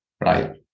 right